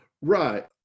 Right